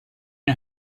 you